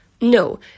No